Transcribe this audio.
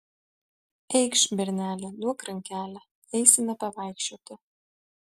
eikš berneli duok rankelę eisime pavaikščioti